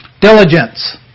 Diligence